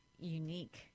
unique